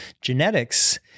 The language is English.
genetics